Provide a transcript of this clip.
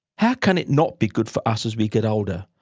how can it not be good for us as we get older,